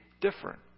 different